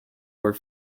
were